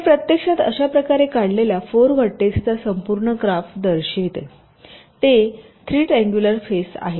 हे प्रत्यक्षात अशा प्रकारे काढलेल्या 4 व्हर्टेक्सचा संपूर्ण ग्राफ दर्शविते तेथे 3 ट्रिअंगुलर फेस आहेत